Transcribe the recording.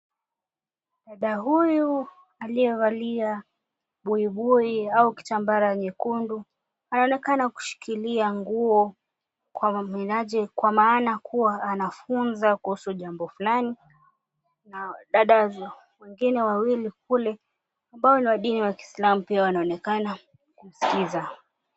Dada huyu alievalia buibui au kitambara nyekundu anaonekana kushikilia nguo kwa maana aje kwa maana kuwa anafunza kuhusu jambo flani na wanadada wengine wawili kule ambao wanaonekana ni wa dini ya Kiislamu pia wanaonekana kusikiliza.